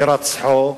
להירצחו,